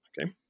Okay